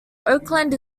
oakland